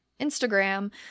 Instagram